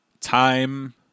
time